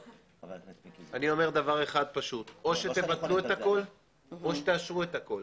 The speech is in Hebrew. אני אומר דבר פשוט: או תבטלו הכול או תאשרו הכול.